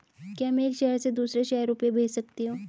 क्या मैं एक शहर से दूसरे शहर रुपये भेज सकती हूँ?